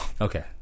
Okay